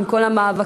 עם כל המאבקים,